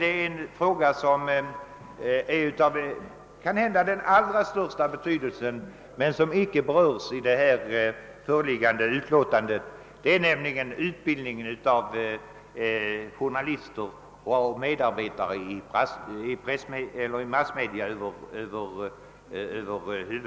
En fråga som därvid är av den allra största betydelse men som icke berörs i föreliggande utlåtande avser utbildningen av journalister och andra medarbetare i massmedia.